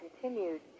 continued